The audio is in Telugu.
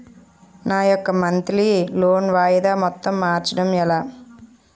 నా యెక్క మంత్లీ లోన్ వాయిదా మొత్తం మార్చడం ఎలా?